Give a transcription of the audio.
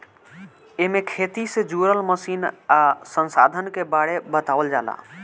एमे खेती से जुड़ल मशीन आ संसाधन के बारे बतावल जाला